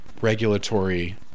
regulatory